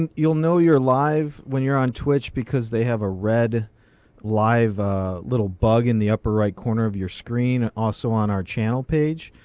and you'll know you're live when you're on twitch because they have a red live little bug in the upper right corner of your screen. also on our channel page.